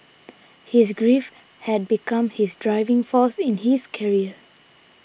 his grief had become his driving force in his career